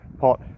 pot